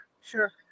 Sure